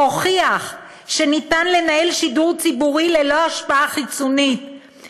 והוכיח שאפשר לנהל שידור ציבורי ללא השפעה חיצונית,